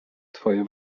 twoje